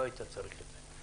לא היית צריך את זה.